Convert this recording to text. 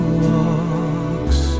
walks